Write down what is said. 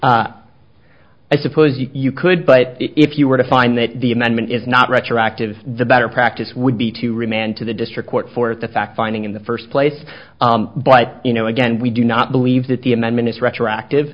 answer i suppose you could but if you were to find that the amendment is not retroactive the better practice would be to remand to the district court for the fact finding in the first place but you know again we do not believe that the amendment is retroactive